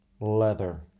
Leather